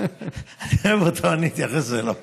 אני אוהב אותו, אני אתייחס אליו.